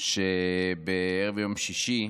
שבערב יום שישי,